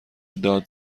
داد